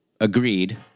agreed